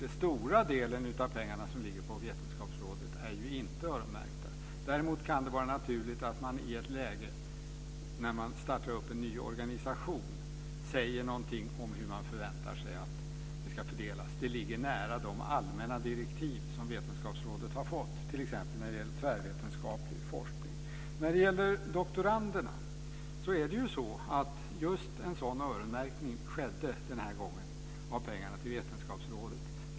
Den stora delen av pengarna som ligger på Vetenskapsrådet är ju inte öronmärkta. Däremot kan det vara naturligt att man i ett läge då man startar en ny organisation säger något om hur man förväntar sig att det ska fördelas. Det ligger nära de allmänna direktiv som Vetenskapsrådet har fått, t.ex. när det gäller tvärvetenskaplig forskning. När det gäller doktoranderna skedde den här gången just en sådan öronmärkning av pengarna till Vetenskapsrådet.